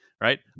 Right